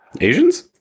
Asians